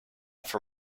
for